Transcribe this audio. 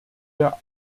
der